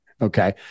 Okay